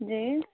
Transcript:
جی